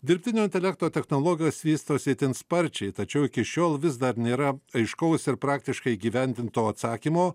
dirbtinio intelekto technologijos vystosi itin sparčiai tačiau iki šiol vis dar nėra aiškaus ir praktiškai įgyvendinto atsakymo